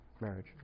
marriage